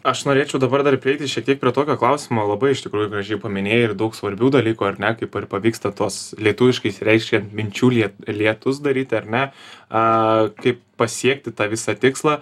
aš norėčiau dabar dar prieiti šiek tiek prie tokio klausimo labai iš tikrųjų gražiai paminėjai ir daug svarbių dalykų ar ne kaip pavyksta tuos lietuviškai išsireiškiant minčių liet lietus daryti ar ne a kaip pasiekti tą visą tikslą